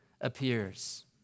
appears